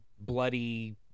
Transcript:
bloody